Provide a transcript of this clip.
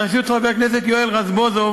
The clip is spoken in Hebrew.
בראשות חבר הכנסת יואל רזבוזוב,